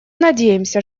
надеемся